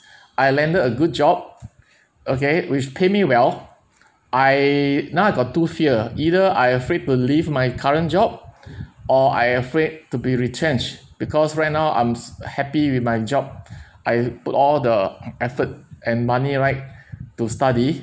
I landed a good job okay which pay me well I now I got two fear either I afraid to leave my current job or I afraid to be retrenched because right now I'm s~ happy with my job I put all the effort and money right to study